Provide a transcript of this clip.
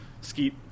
skeet